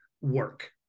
work